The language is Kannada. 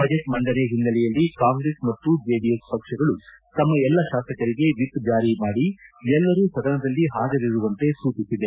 ಬಜೆಟ್ ಮಂಡನೆ ಓನ್ನೆಲೆಯಲ್ಲಿ ಕಾಂಗ್ರೆಸ್ ಮತ್ತು ಜೆಡಿಎಸ್ ಪಕ್ಷಗಳು ತಮ್ಮ ಎಲ್ಲಾ ಶಾಸಕರಿಗೆ ಎಪ್ ಜಾರಿ ಮಾಡಿ ಎಲ್ಲರೂ ಸದನದಲ್ಲಿ ಹಾಜರಿರುವಂತೆ ಸೂಚಿಸಿದೆ